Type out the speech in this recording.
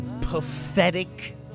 pathetic